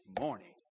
morning